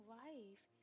life